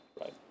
Right